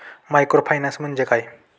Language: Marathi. मायक्रोफायनान्स म्हणजे काय?